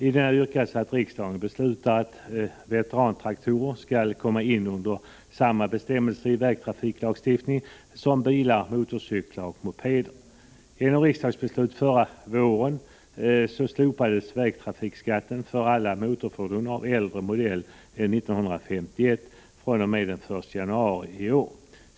I denna motion yrkas att riksdagen beslutar att veterantraktorer skall komma in under samma bestämmelser i vägtrafikskattelagen som bilar, motorcyklar och mopeder. Genom riksdagsbeslut förra våren slopades från den 1 januari i år vägtrafikskatten för alla motorfordon av äldre modell än 1951.